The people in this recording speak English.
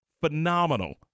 Phenomenal